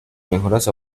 mejoras